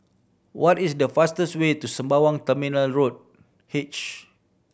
what is the fastest way to Sembawang Terminal Road H